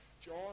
John